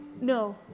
no